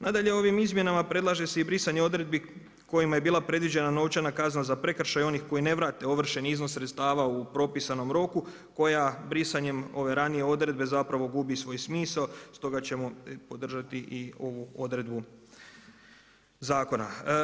Nadalje, ovim izmjenama predlaže se i brisanje odredbi kojima je bila predviđena novčanih kazna za prekršaj onih koji ne vrate ovršeni iznos sredstava u propisanom roku, koja brisanjem ove ranije odredbe, zapravo gubi svoj smisao, stoga ćemo podržati i ovu odredbu zakona.